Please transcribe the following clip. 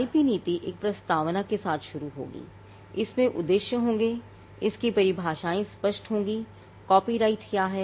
IP नीति एक प्रस्तावना के साथ शुरू होगी इसमें उद्देश्य होंगे इसकी परिभाषाएँ स्पष्ट होंगी कॉपीराइट क्या है